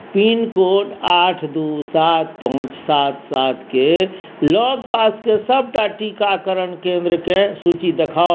pincode आठ दू सात पाँच सात सातके लगपासके सभटा टीकाकरण केन्द्रकेँ सूची देखाउ